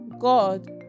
God